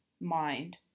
mind